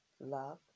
love